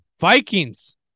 Vikings